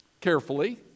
carefully